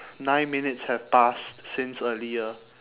nine minutes have passed since earlier